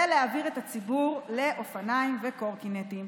ולהעביר את הציבור לאופניים וקורקינטים,